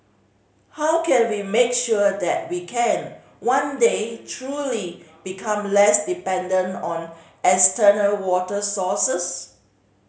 how can we make sure that we can one day truly become less dependent on external water sources